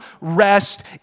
rest